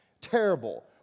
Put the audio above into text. Terrible